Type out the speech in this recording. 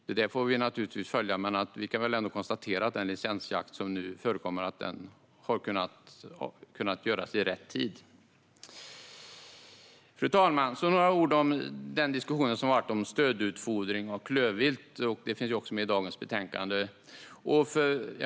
Det får vi naturligtvis följa, men vi kan konstatera att den licensjakt som nu sker har kunnat genomföras i rätt tid. Fru talman! Sedan vill jag säga några ord om diskussionen om stödutfodring av klövvilt, och det finns också med i dagens betänkande.